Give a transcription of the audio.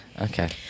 Okay